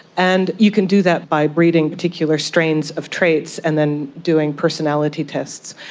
and you can do that by breeding particular strains of traits and then doing personality tests.